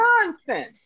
nonsense